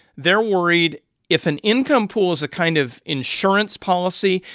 they're worried if an income pool is a kind of insurance policy,